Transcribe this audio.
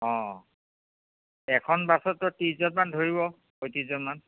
অঁ এখন বাছতো ত্ৰিশজনমান ধৰিব পঁয়ত্ৰিশজনমান